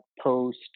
post